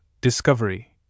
Discovery